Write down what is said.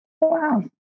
Wow